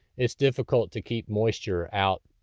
it's difficult to keep moisture out,